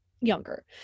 younger